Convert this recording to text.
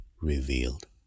revealed